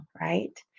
right